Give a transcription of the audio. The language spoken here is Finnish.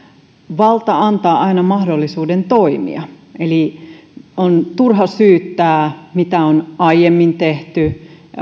valta antaa aina mahdollisuuden toimia eli on turha syyttää siitä mitä on aiemmin tehty